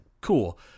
cool